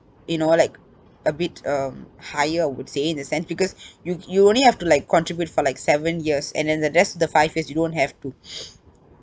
you know like a bit um higher I would say in a sense because you you only have to like contribute for like seven years and then the rest the five years you don't have to